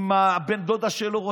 ובן הדודה שלו,